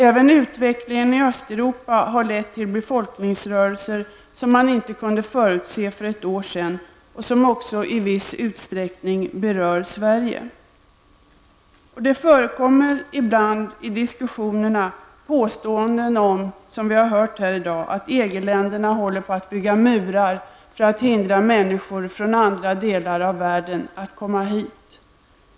Även utvecklingen i Östeuropa har lett till befolkningsrörelser som man inte kunde förutse för ett år sedan och som i viss utsträckning berör Det förekommer ibland i diskussionerna påståenden, som vi hört här i dag, om att EG länderna håller på att bygga murar för att hindra människor från andra delar av världen att komma in.